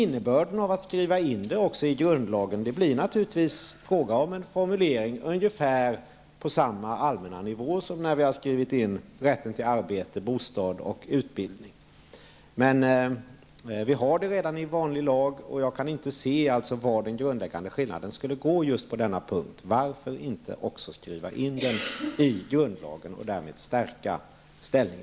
När vi skriver in allemansrätten i grundlagen blir det naturligtvis fråga om en formulering ungefär på samma allmänna nivå som rätten till arbete, bostad och utbildning. Begreppet finns redan inskrivet i vanlig lag, och jag kan inte se var den grundläggande skillnaden finns just på denna punkt. Varför inte skriva in allemansrätten också i grundlagen och därmed stärka dess ställning?